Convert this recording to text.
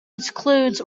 includes